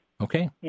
Okay